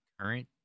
current